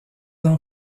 ans